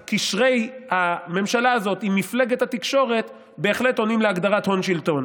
אלא קשרי הממשלה הזאת עם מפלגת התקשורת בהחלט עונים להגדרת הון-שלטון.